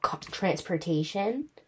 transportation